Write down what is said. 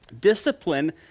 Discipline